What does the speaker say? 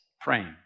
praying